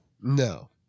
No